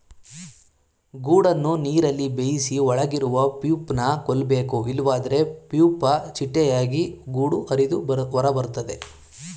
ಗೂಡನ್ನು ನೀರಲ್ಲಿ ಬೇಯಿಸಿ ಒಳಗಿರುವ ಪ್ಯೂಪನ ಕೊಲ್ಬೇಕು ಇಲ್ವಾದ್ರೆ ಪ್ಯೂಪ ಚಿಟ್ಟೆಯಾಗಿ ಗೂಡು ಹರಿದು ಹೊರಬರ್ತದೆ